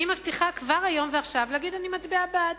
אני מבטיחה כבר היום ועכשיו שאני מצביעה בעד.